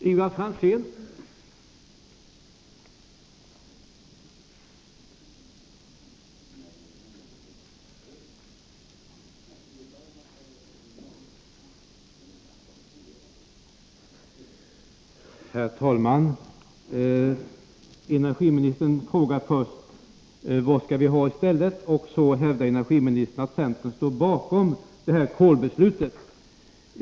inhemsk skogs Herr talman! Energiministern frågar först vad vi skall ha i stället. Sedan energi hävdar energiministern att centern står bakom kolbeslutet.